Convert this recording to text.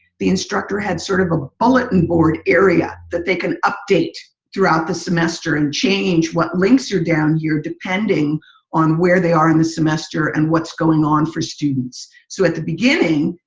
the instructor had sort of a bulletin board area that they can update throughout the semester and change what links are down here depending on where they are in the semester and what's going on for students. so at the beginning,